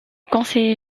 conseiller